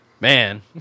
man